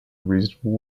reasonable